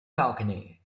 balcony